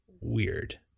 Weird